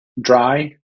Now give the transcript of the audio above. dry